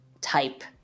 type